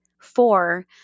four